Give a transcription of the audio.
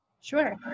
Sure